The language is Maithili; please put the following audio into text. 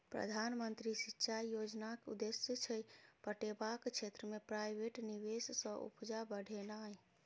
प्रधानमंत्री सिंचाई योजनाक उद्देश्य छै पटेबाक क्षेत्र मे प्राइवेट निबेश सँ उपजा बढ़ेनाइ